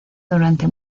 durante